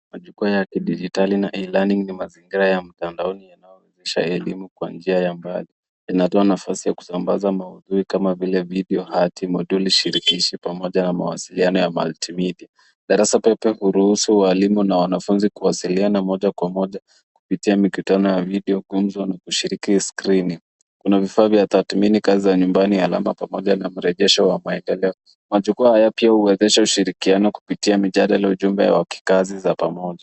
Majukwaa ya kidigitali na E-Learning ni mazingira ya mtandaoni yanayowezesha elimu kwa njia ya mbali. Inatoa nafasi ya kusambaza maudhui kama vile video hati, moduli shirikishi pamoja na mawasiliano ya multimedia . Darasa pepe huruhusu walimu na wanafunzi kuwasiliana moja kwa moja kupitia mikutano ya video , gumzo na kushiriki skrini. Kuna vifaa vya tathmini kazi za nyumbani, alama pamoja na mrejesho wa maendeleo. Majukwaaa haya pia huwezesha ushirikiano kupitia mijadala ujumbe wa kikazi za kipamoja.